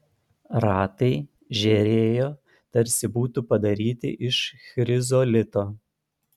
ratai žėrėjo tarsi būtų padaryti iš chrizolito